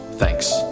Thanks